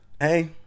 hey